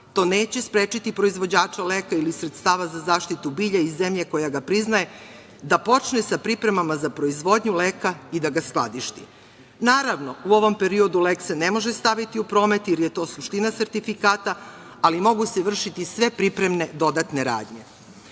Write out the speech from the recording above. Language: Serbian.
to neće sprečiti proizvođača leka ili sredstava za zaštitu bilja iz zemlje koja ga priznaje da počne sa pripremama za proizvodnju leka i da ga skladišti. Naravno, u ovom periodu lek se ne može staviti u promet, jer je to suština sertifikata, ali mogu se vršiti sve pripremne dodatne radnje.